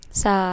sa